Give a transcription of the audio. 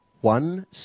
One